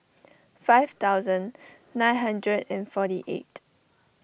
five thousand nine hundred and forty eight